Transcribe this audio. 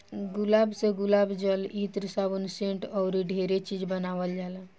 गुलाब से गुलाब जल, इत्र, साबुन, सेंट अऊरो ढेरे चीज बानावल जाला